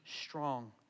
strong